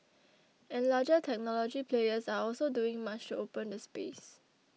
and larger technology players are also doing much to open the space